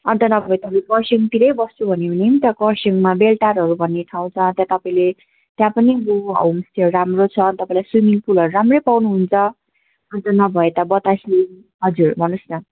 अन्त नभए तपाईँ खरसाङतिरै बस्छु भन्यो भने पनि खरसाङमा बेलटारहरू भन्ने ठाउँ छ त्यहाँ तपाईँले त्यहाँ पनि होमस्टेहरू राम्रो छ तपाईँलाई स्विमिङ पुलहरू राम्रै पाउनुहुन्छ अन्त नभए यता बतासे हजुर भन्नुहोस् न